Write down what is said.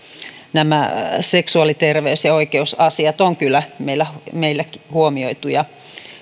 nämä seksuaaliterveys ja oikeusasiat on kyllä meillä meillä huomioitu ja